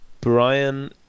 Brian